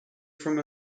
from